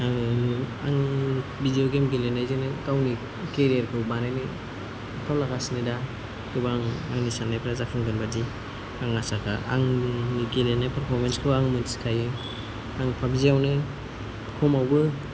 आरो आं video game गेलेनायजोंनो गावनि केरियारखौ बानायनो आखायाव लागासिनो दा गोबां आंनि साननायफ्रा जाफुंगोन बादि आं आसाखा आं आंनि गेलेनाय पारफरमेन्सखौ नायनानै आं पाबजिआवनो खमावबो